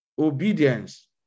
obedience